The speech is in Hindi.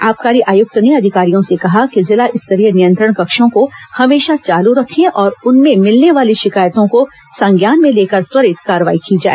आबकारी आयुक्त ने अधिकारियों से कहा कि जिला स्तरीय नियंत्रण कक्षों को हमेशा चालू रखें और उनमें मिलने वाली शिकायतों को संज्ञान में लेकर त्वरित कार्रवाई की जाए